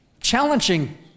challenging